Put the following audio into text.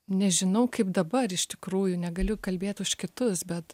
nežinau kaip dabar iš tikrųjų negaliu kalbėt už kitus bet